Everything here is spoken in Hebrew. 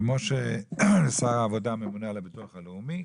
כמו ששר העבודה ממונה על הביטוח הלאומי,